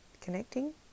connecting